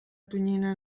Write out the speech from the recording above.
tonyina